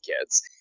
kids